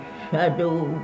shadow